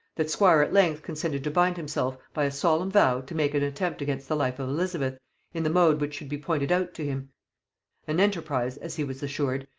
that squire at length consented to bind himself by a solemn vow to make an attempt against the life of elizabeth in the mode which should be pointed out to him an enterprise, as he was assured,